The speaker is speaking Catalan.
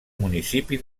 municipi